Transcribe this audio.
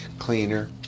Cleaner